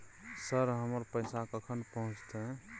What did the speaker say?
Sir, हमर पैसा कखन पहुंचतै?